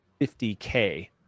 50K